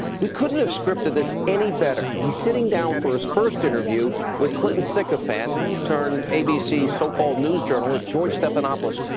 we couldn't have scripted this any better. he is sitting down for his first interview with clinton sycophant turned abc so-called news journalist george stephanopoulos.